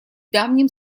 давним